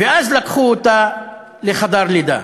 ואז לקחו אותה לחדר לידה,